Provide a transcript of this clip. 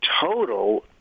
total